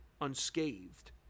unscathed